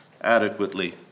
adequately